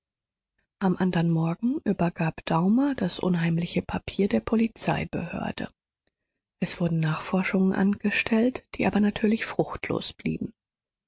am andern morgen übergab daumer das unheimliche papier der polizeibehörde es wurden nachforschungen angestellt die aber natürlich fruchtlos blieben